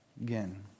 again